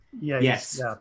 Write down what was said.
Yes